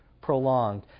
prolonged